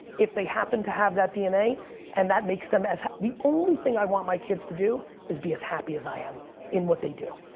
if they happen to have that dna and that makes them, the only thing i want my kids to do is be as happy as i am in what they do.